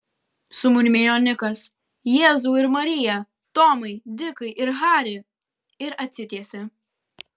sumurmėjo nikas jėzau ir marija tomai dikai ir hari ir atsitiesė